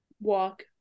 walk